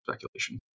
speculation